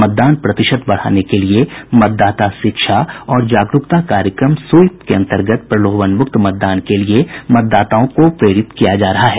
मतदान प्रतिशत बढ़ाने के लिए मतदाता शिक्षा और जागरूकता कार्यक्रम स्वीप के अन्तर्गत प्रलोभन मुक्त मतदान के लिए मतदाताओं को प्रेरित किया जा रहा है